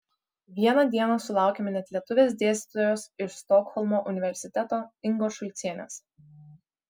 vieną dieną sulaukėme net lietuvės dėstytojos iš stokholmo universiteto ingos šulcienės